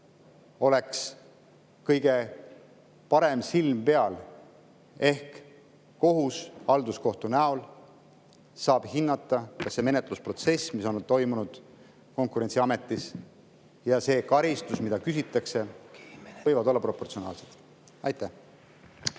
hoitaks kõige paremini silma peal. Ehk kohus, halduskohus saab hinnata, kas menetlusprotsess, mis on toimunud Konkurentsiametis, ja karistus, mida küsitakse, on proportsionaalsed. Aitäh!